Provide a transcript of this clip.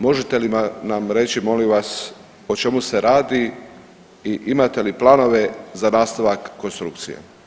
Možete li nam reći molim vas o čemu se radi i imate li planove za nastavak konstrukcije?